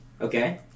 Okay